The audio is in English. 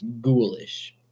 ghoulish